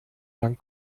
lang